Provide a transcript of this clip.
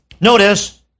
notice